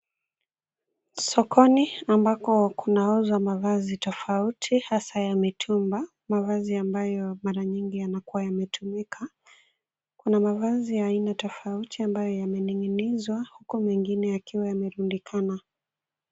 Sokoni ambako kunauzwa mavazi tofauti hasa ya mitumba, mavazi ambayo mara nyingi yanakuwa yametumika. Kuna mavazi ya aina tofauti ambayo yamening'inizwa huku mengine yakaiwa yamerundikana.